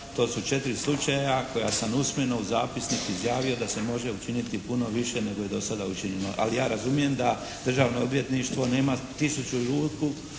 to su četiri slučaja koja sam usmeno u zapisnik izjavio da se može učiniti puno više nego je do sada učinjeno. Ali ja razumijem da Državno odvjetništvo nema tisuću ruku